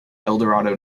eldorado